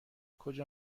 کجا